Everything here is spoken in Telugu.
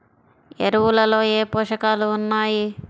ఎరువులలో ఏ పోషకాలు ఉన్నాయి?